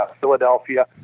Philadelphia